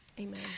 Amen